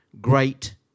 great